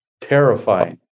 Terrifying